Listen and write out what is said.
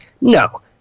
no